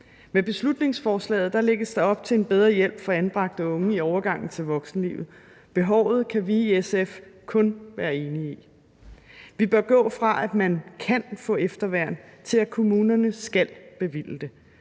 Med beslutningsforslaget lægges der op til en bedre hjælp for anbragte unge i overgangen til voksenlivet. Behovet kan vi i SF kun være enige i. Vi bør gå fra, at man kan få efterværn, til at kommunerne skal bevilge det.